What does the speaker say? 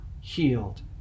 healed